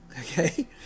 Okay